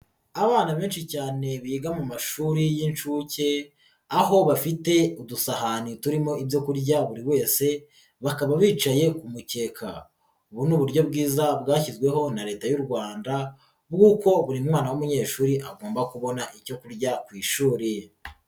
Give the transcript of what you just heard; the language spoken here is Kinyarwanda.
Abana benshi cyane biga mu mashuri y'inshuke aho bafite udusahani turimo ibyo kurya buri wese bakaba bicaye ku mukeka, ubu ni uburyo bwiza bwashyizweho na Leta y'u Rwanda bw'uko buri mwana w'umunyeshuri agomba kubona icyo kurya ku ishuri.